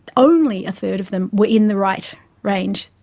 only a third of them were in the right range,